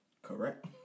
Correct